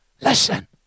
Listen